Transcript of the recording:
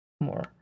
more